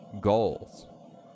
goals